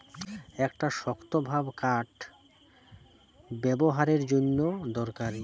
একটা শক্তভাব কাঠ ব্যাবোহারের জন্যে দরকারি